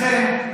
לכן,